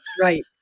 right